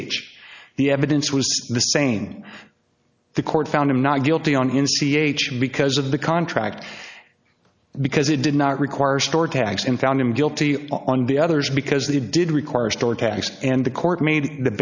the evidence was the same the court found him not guilty on in c h because of the contract because it did not require store tags and found him guilty on the others because they did require storage tags and the court made the